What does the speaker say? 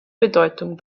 bedeutung